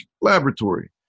Laboratory